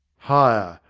higher,